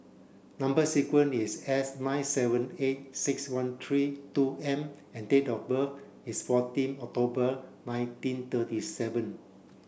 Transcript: number sequence is S nine seven eight six one three two M and date of birth is fourteen October nineteen thirty seven